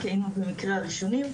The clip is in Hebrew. כי היינו במקרה הראשונים,